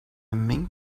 mink